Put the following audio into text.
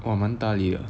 !wah! 蛮大粒